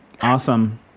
awesome